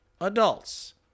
adults